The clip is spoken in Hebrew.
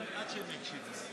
עד שהם יקשיבו.